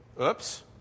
Oops